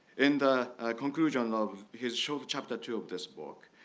in the conclusion of his show of chapter two of this book,